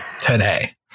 today